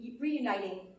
reuniting